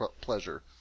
pleasure